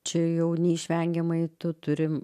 čia jau neišvengiamai tu turi